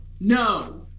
no